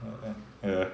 uh ya